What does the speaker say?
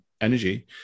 energy